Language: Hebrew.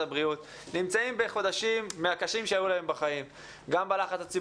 הבריאות נמצאים בחודשים מהקשים שהיו להם בחיים,